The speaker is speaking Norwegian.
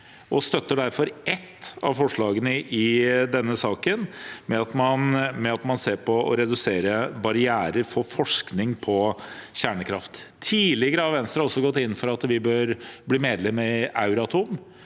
vi støtter derfor ett av forslagene i denne saken, om å redusere barrierer for forskning på kjernekraft. Tidligere har Venstre også gått inn for at vi bør bli medlem i Euratom,